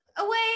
away